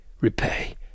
repay